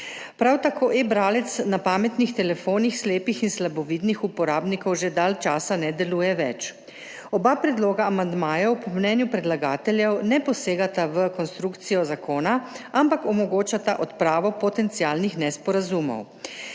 Prav tako eBralec na pametnih telefonih slepih in slabovidnih uporabnikov že dalj časa ne deluje več. Oba predloga amandmajev po mnenju predlagateljev ne posegata v konstrukcijo zakona, ampak omogočata odpravo potencialnih nesporazumov.